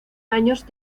años